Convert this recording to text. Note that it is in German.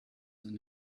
eine